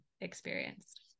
experienced